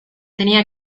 tenía